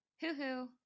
Hoo-hoo